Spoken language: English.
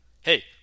hey